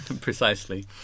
precisely